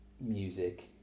music